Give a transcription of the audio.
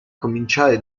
cominciare